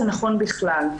זה נכון בכלל.